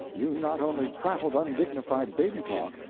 you not only prattled undignified baby-talk,